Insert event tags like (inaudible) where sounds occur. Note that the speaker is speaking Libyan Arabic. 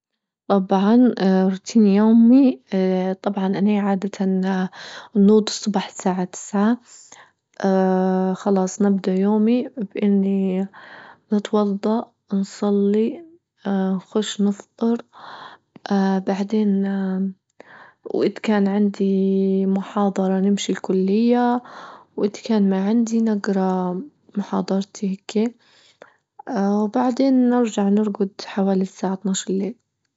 طبعا اه روتين يومي اه طبعا أنا عادة اه نهوض الصباح الساعة تسعة (hesitation) خلاص نبدأ يومي بأني نتوضى نصلي اه نخش نفطر اه بعدين اه وإذ كان عندي محاضرة نمشي الكلية واذ كان ما عندي نجرا محاضرتي هيكا، اه وبعدين نرجع نرجد حوالي الساعة أتناشر الليل.